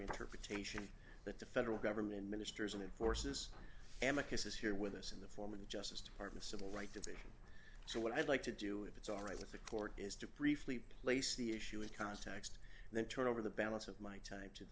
interpretation that the federal government ministers and enforces amma cases here with us in the form of the justice department civil rights division so what i'd like to do if it's alright with the court is to briefly place the issue in context and then turn over the balance of my time to the